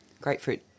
grapefruit